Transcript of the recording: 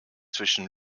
zwischen